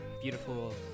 beautiful